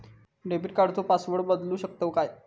Debit कार्डचो password बदलु शकतव काय?